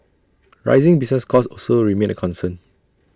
rising business costs also remain A concern